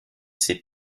ses